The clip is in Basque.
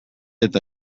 eta